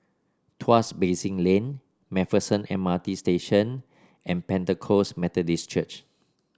Tuas Basin Lane MacPherson M R T Station and Pentecost Methodist Church